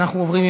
אנחנו עוברים,